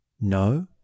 No